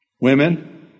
Women